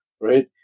right